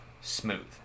smooth